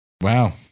Wow